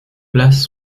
places